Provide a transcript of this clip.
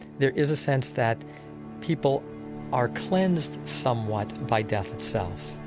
there is a sense that people are cleansed somewhat by death itself.